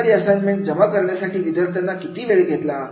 एखादी असाइनमेंट जमा करण्यासाठी विद्यार्थ्यांनी किती वेळ घेतला